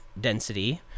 density